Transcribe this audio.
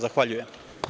Zahvaljujem.